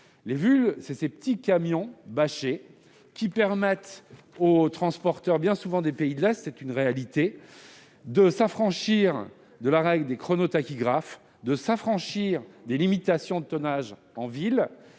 Les VUL, ce sont ces petits camions bâchés qui permettent aux transporteurs, bien souvent des pays de l'Est- c'est une réalité !-, de s'affranchir des chronotachygraphes, des limitations de tonnage en ville